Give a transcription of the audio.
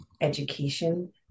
education